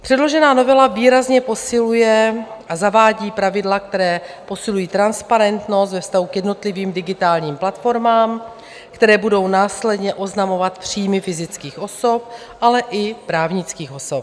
Předložená novela výrazně posiluje a zavádí pravidla, která posilují transparentnost ve vztahu k jednotlivým digitálním platformám, které budou následně oznamovat příjmy fyzických osob, ale i právnických osob.